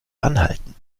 anhalten